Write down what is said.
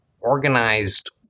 organized